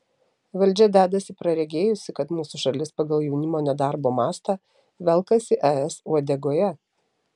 valdžia dedasi praregėjusi kad mūsų šalis pagal jaunimo nedarbo mastą velkasi es uodegoje